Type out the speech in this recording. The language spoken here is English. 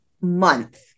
month